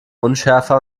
unschärfer